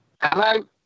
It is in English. Hello